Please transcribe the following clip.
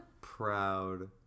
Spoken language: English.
proud